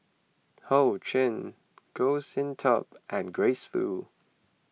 Ho Ching Goh Sin Tub and Grace Fu